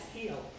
Heal